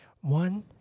one